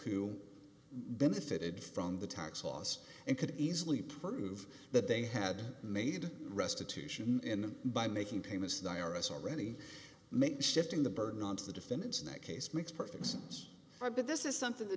who benefited from the tax loss and could easily prove that they had made restitution in the by making payments the i r s already made shifting the burden on to the defendants in that case makes perfect sense for but this is something the